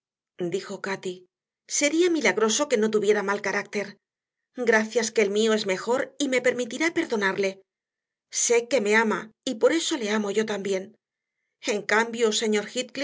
dijo cati sería milagroso que no tuviera mal carácter gracias que el mío es mejor y me permitirá perdonarle sé que me ama y por eso le amo yo también en cambio señor